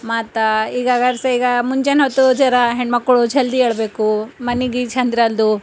ಮತ್ತು ಈಗ ಈಗ ಮುಂಜಾನೆ ಹೊತ್ತು ಜರಾ ಹೆಣ್ಮಕ್ಕಳು ಝಲ್ದಿ ಏಳಬೇಕು ಮನೆಗೆ ಛಂದ್ರ ಅಲ್ದು